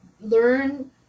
learn